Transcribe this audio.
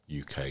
UK